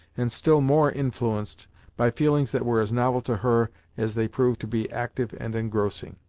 and still more influenced by feelings that were as novel to her as they proved to be active and engrossing.